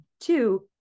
two